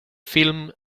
filme